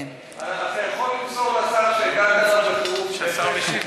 אתה יכול למסור לשר שהגנת עליו בחירוף נפש,